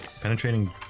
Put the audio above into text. Penetrating